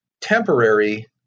temporary